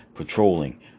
patrolling